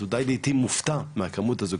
אולי לעיתים מופתע מהכמות הזו.